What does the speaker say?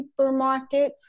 supermarkets